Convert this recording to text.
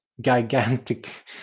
gigantic